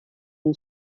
all